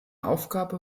aufgabe